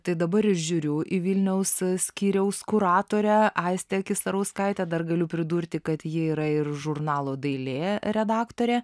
tai dabar aš žiūriu į vilniaus skyriaus kuratorę aistę kisarauskaitę dar galiu pridurti kad ji yra ir žurnalo dailė redaktorė